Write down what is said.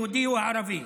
יהודי או ערבי.